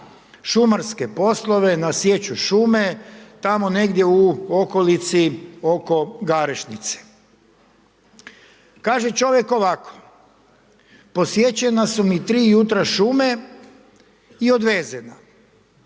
šumarske poslove, na sječu šume, tamo negdje u okolici oko Garešnice. Kaže čovjek ovako, posječena su mi tri jutra šume i odvezena.